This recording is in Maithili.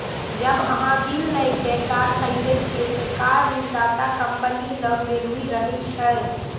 जब अहां ऋण लए कए कार खरीदै छियै, ते कार ऋणदाता कंपनी लग गिरवी रहै छै